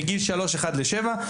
מגיל שלוש אחד לשבע,